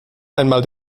einmal